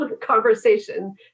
conversation